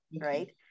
right